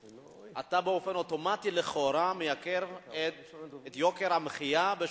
אתה באופן אוטומטי לכאורה מייקר את יוקר המחיה ב-30%.